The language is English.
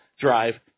drive